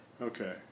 Okay